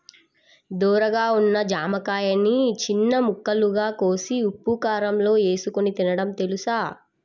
ధోరగా ఉన్న జామకాయని చిన్న ముక్కలుగా కోసి ఉప్పుకారంలో ఏసుకొని తినడం తెలుసా?